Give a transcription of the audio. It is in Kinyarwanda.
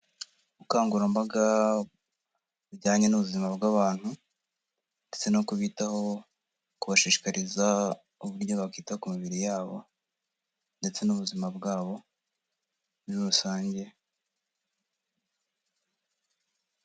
Ubukangurambaga bujyanye n'ubuzima bw'abantu ndetse no kubitaho, kubashishikariza uburyo bakita ku mibiri yabo ndetse n'ubuzima bwabo muri rusange.